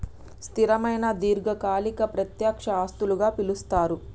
స్థిరమైన దీర్ఘకాలిక ప్రత్యక్ష ఆస్తులుగా పిలుస్తరు